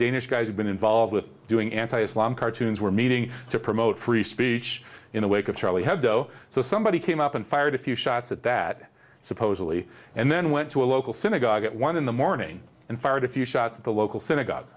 danish guys who'd been involved with doing anti islam cartoons were meeting to promote free speech in the wake of charlie hebdo so somebody came up and fired a few shots at that supposedly and then went to a local synagogue at one in the morning and fired a few shots at the local synagogue